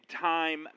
time